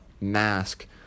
mask